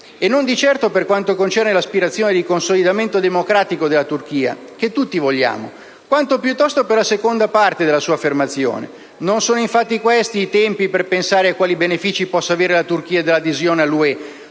E non di certo per quanto concerne l'aspirazione di consolidamento democratico della Turchia, che tutti vogliamo, quanto piuttosto per la seconda parte della sua affermazione: non sono infatti questi i tempi per pensare a quali benefici possa avere la Turchia dall'adesione all'UE,